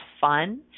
fun